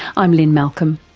i'm lynne malcolm,